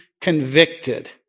convicted